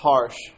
Harsh